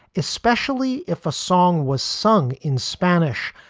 especially if a song was sung in spanish.